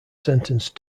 sentenced